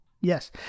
Yes